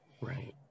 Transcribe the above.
Right